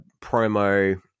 promo